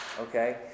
okay